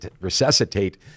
resuscitate